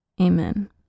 Amen